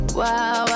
wow